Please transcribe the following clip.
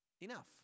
enough